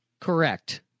Correct